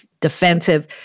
defensive